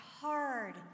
hard